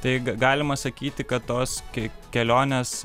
tai galima sakyti kad tos ke kelionės